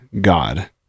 God